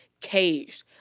caged